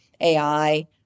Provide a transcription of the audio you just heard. AI